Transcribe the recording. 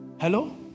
Hello